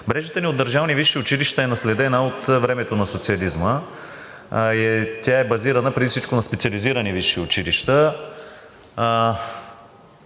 Мрежата ни от държавни висши училища е наследена от времето на социализма. Тя е базирана преди всичко на специализирани висши училища.